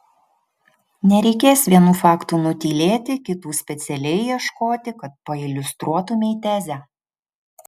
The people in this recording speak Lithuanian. nereikės vienų faktų nutylėti kitų specialiai ieškoti kad pailiustruotumei tezę